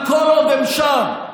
היושב-ראש,